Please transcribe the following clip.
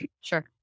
Sure